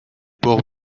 pores